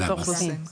רשות האוכלוסין.